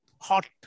hot